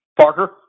Parker